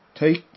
take